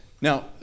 Now